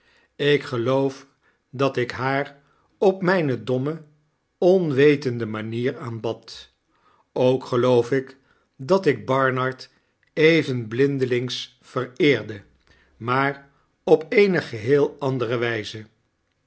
ik geloof dat ik haar op myne domme onwetende manier aanbad ook geloof ik dat ik barnard even blindelings vereerde maar op eene geheel andere wyze